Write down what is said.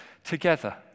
Together